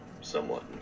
somewhat